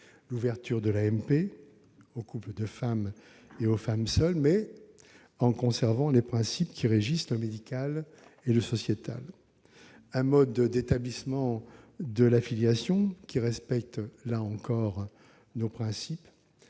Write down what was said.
l'ouverture de l'AMP aux couples de femmes et aux femmes seules, mais en conservant les principes qui régissent le médical et le sociétal ; un mode d'établissement de la filiation qui respecte, là encore, nos principes